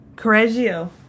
Correggio